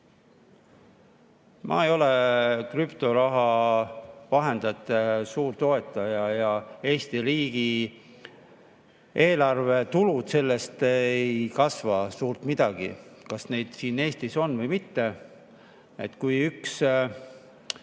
Ma ei ole krüptoraha vahendajate suur toetaja ja Eesti riigieelarve tulud sellest ei kasva suurt midagi, kas neid siin Eestis on või mitte. Kui üks